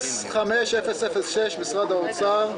05006, משרד האוצר.